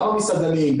גם המסעדנים,